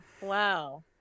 wow